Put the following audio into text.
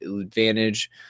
advantage